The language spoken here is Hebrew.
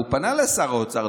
והוא פנה לשר האוצר,